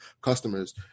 customers